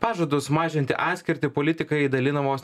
pažadus mažinti atskirtį politikai dalina vos